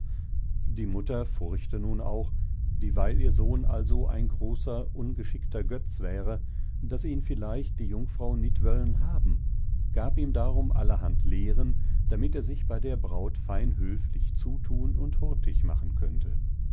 die mutter furchte nun auch dieweil ihr sohn also ein großer ungeschickter götz wäre daß ihn vielleicht die jungfrau nit wöllen haben gab ihm darum allerhand lehren damit er sich bei der braut fein höflich zuthun und hurtig machen könnte